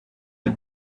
had